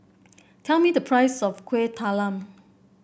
tell me the price of Kueh Talam